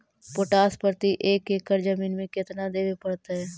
Potash प्रति एकड़ जमीन में केतना देबे पड़तै?